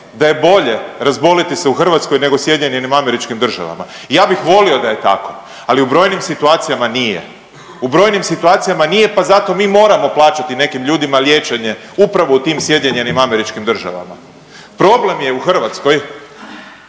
da je bolje razboliti se u Hrvatskoj nego SAD-u. Ja bih volio da je tako, ali u brojnim situacijama nije. U brojnim situacijama nije pa mi zato mi moramo plaćati nekim ljudima liječenje upravo u tim SAD-u. Problem je u Hrvatskoj